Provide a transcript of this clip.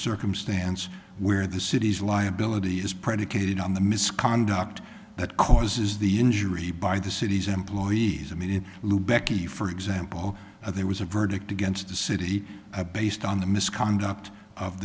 circumstance where the city's liability is predicated on the misconduct that causes the injury by the city's employees and in lieu becky for example there was a verdict against the city based on the misconduct of